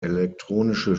elektronische